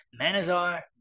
Manazar